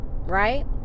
right